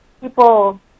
people